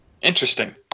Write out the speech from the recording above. Interesting